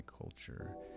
culture